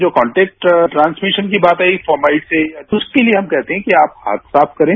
जो contact transmission की बात आई फाउमलिटी की तो उसके लिए हम कहते हैं कि आप हाथ साफ करें